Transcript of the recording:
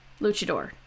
luchador